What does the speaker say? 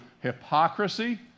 hypocrisy